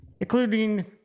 including